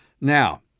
Now